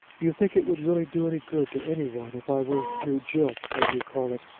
do you think it would really do any good to any one if i were to jilt, as you call it,